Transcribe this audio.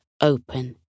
open